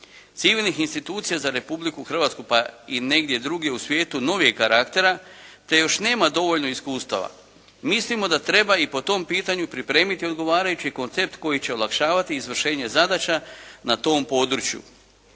civilnih institucija za Republiku Hrvatsku pa i negdje drugdje u svijetu novijeg karaktera, te još nema dovoljno iskustava. Mislimo da treba i po tom pitanju pripremiti odgovarajuće koncept koji će olakšavati izvršenje zadaća na tom području.